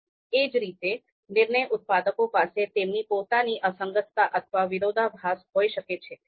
એ જ રીતે નિર્ણય ઉત્પાદકો પાસે તેમની પોતાની અસંગતતા અથવા વિરોધાભાસ હોઈ શકે છે